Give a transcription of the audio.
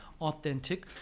authentic